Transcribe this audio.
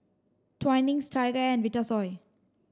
Twinings TigerAir and Vitasoy